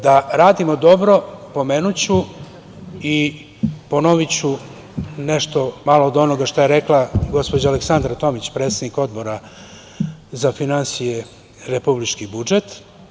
Da radimo dobro pomenuću i ponoviću nešto malo od onoga što je rekla gospođa Aleksandra Tomić, predsednik Odbora za finansije i republički budžet.